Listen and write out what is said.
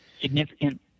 significant